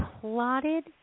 plotted